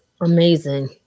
amazing